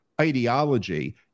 ideology